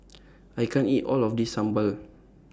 I can't eat All of This Sambal